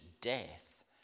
death